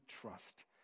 trust